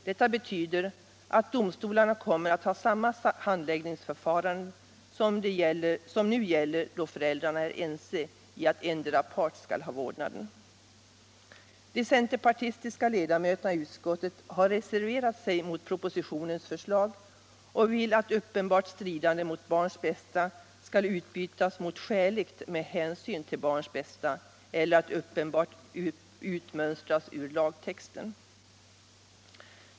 Detta betyder att domstolarna kommer att ha samma handläggningsförfarande som nu gäller då föräldrar är ense om att endera skall ha vårdnaden. De centerpartistiska ledamöterna i utskottet har reserverat sig mot propositionens förslag och vill att ”uppenbart stridande mot barnens bästa” skall utbytas mot ”skäligt med hänsyn till barnens bästa” eller att ”uppenbart” utmönstras ur lagtexten.